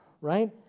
right